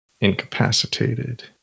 Incapacitated